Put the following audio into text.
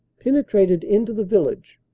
penetrated into the village,